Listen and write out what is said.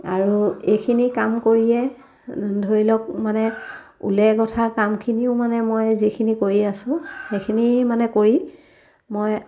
আৰু এইখিনি কাম কৰিয়ে ধৰি লওক মানে ঊলে গোঁঠা কামখিনিও মানে মই যিখিনি কৰি আছো সেইখিনি মানে কৰি মই